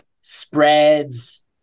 spreads